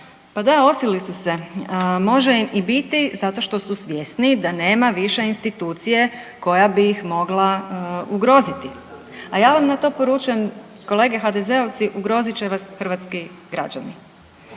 pa da osolili su se može im i biti zato što su svjesni da nema više institucije koja bi ih mogla ugroziti. A ja vam na to poručujem kolege HDZ-ovci ugrozit će vas hrvatski građani.